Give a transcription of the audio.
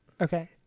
Okay